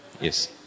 Yes